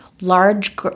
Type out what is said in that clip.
large